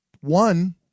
one